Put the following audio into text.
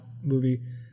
movie